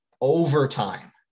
overtime